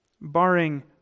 barring